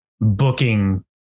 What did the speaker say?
booking